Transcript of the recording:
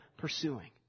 pursuing